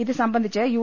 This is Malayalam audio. ഇതുസംബന്ധിച്ച് യു